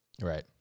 Right